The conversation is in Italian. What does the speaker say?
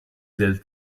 del